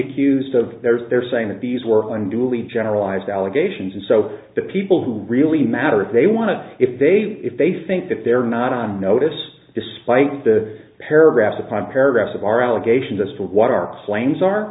accused of theirs they're saying that these were one duly generalized allegations and so the people who really matter if they want to if they if they think that they're not on notice despite the paragraphs upon paragraphs of our allegations as to what our claims are